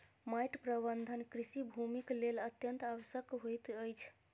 माइट प्रबंधन कृषि भूमिक लेल अत्यंत आवश्यक होइत अछि